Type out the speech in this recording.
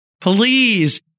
Please